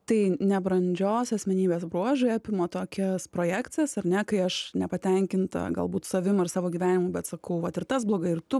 tai nebrandžios asmenybės bruožai apima tokias projekcijas ar ne kai aš nepatenkinta galbūt savim ir savo gyvenimu bet sakau vat ir tas blogai ir tu